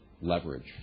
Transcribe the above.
leverage